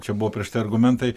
čia buvo prieš tai argumentai